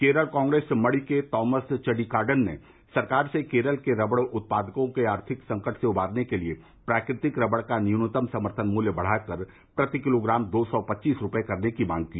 केरल कांग्रेस मणि के तॉमस चडिकाडन ने सरकार से केरल के रबड़ उत्पादकों को आर्थिक संकट से उबारने के लिए प्राकृतिक रबड़ का न्यूनतम समर्थन मूल्य बढ़ाकर प्रति किलोग्राम दो सौ पच्चीस रुपये करने की मांग की